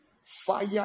Fire